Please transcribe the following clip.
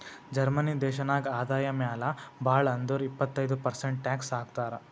Germany ದೇಶನಾಗ್ ಆದಾಯ ಮ್ಯಾಲ ಭಾಳ್ ಅಂದುರ್ ಇಪ್ಪತ್ತೈದ್ ಪರ್ಸೆಂಟ್ ಟ್ಯಾಕ್ಸ್ ಹಾಕ್ತರ್